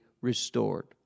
restored